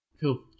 Cool